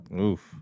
Oof